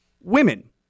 women